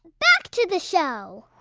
back to the show